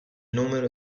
numero